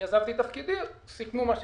כאשר אני עזבתי את תפקידי סיכמו מה שסיכמו.